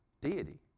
deity